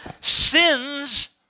sins